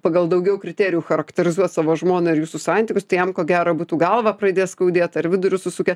pagal daugiau kriterijų charakterizuot savo žmoną ir jūsų santykius tai jam ko gero būtų galvą pradės skaudėt ar vidurius susukę